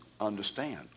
understand